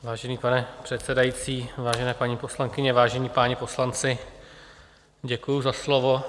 Vážený pane předsedající, vážené paní poslankyně, vážení páni poslanci, děkuji za slovo.